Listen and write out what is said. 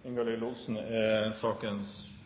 Opposisjonen er